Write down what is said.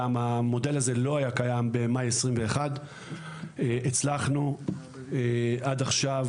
המודל הזה לא היה קיים במאי 2021. עד עכשיו